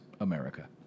America